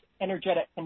energetic